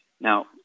Now